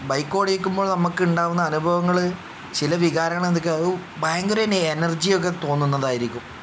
bike ഓടിക്കുമ്പോൾ നമുക്ക് ഉണ്ടാകുന്ന അനുഭവങ്ങൾ ചില വികാരങ്ങൾ എന്തൊക്കെ അത് ഭയങ്കര ഒരു എനർജിയൊക്കെ തോന്നുന്നതായിരിക്കും